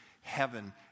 heaven